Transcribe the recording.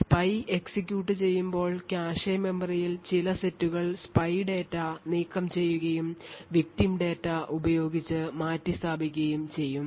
spy execute ചെയ്യുമ്പോൾ cache മെമ്മറിയിൽ ചില സെറ്റുകൾ സ്പൈ ഡാറ്റ നീക്കംചെയ്യുകയും victim ഡാറ്റ ഉപയോഗിച്ച് മാറ്റിസ്ഥാപിക്കുകയും ചെയ്യും